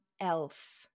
else